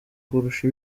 kurusha